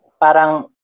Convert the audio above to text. parang